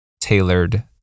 tailored